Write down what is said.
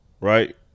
right